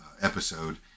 episode